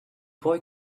boy